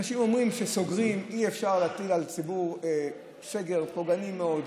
אנשים אומרים שסוגרים ושאי-אפשר להטיל על ציבור סגר פוגעני מאוד,